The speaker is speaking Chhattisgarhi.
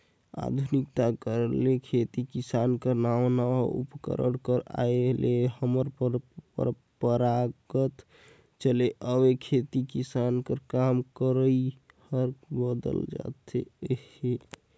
आधुनिकता कर आए ले खेती किसानी कर नावा नावा उपकरन कर आए ले हमर परपरागत चले आवत खेती किसानी कर काम करई हर बदलत जात अहे